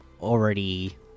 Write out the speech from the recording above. already